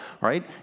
right